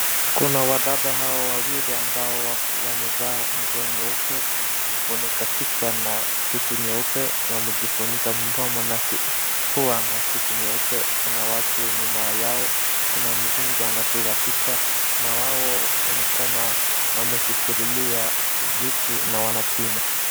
Kuna wadada hao wawili ambao wamevaa nguo nyeupe , wamejifunika kichwa na kitu nyeupe, wamejifunika mdomo na pua na kitu nyeupe. Kuna watu nyuma yao, kuna mzungu anapiga picha na wao ni kama washekilia vitunna wanapima.